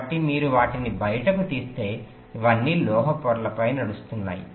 కాబట్టి మీరు వాటిని బయటకు తీస్తే ఇవన్నీ లోహ పొరలపై నడుస్తున్నాయి